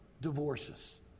divorces